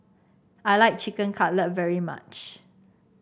I like Chicken Cutlet very much